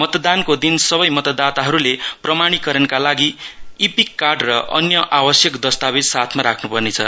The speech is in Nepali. मतदानको दिन सबै मतदाताहरूले प्रमाणीकरणका लागि ईपीआइसी कार्ड र अन्य आवश्यक दस्तावेज साथमा राख्नु पर्नेछ